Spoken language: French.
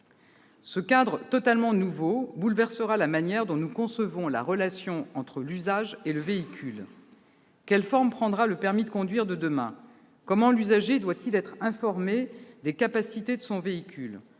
Ce cadre totalement nouveau bouleversera la manière dont nous concevons la relation entre l'usage et le véhicule. Quelle forme prendra le permis de conduire de demain ? Comment l'usager doit-il être informé des capacités de son véhicule ?